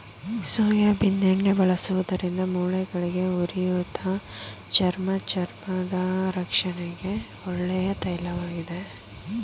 soybean ಎಣ್ಣೆ ಬಳಸುವುದರಿಂದ ಮೂಳೆಗಳಿಗೆ, ಉರಿಯೂತ, ಚರ್ಮ ಚರ್ಮದ ರಕ್ಷಣೆಗೆ ಒಳ್ಳೆಯ ತೈಲವಾಗಿದೆ